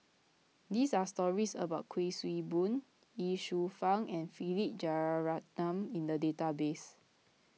there are stories about Kuik Swee Boon Ye Shufang and Philip Jeyaretnam in the database